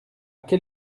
quel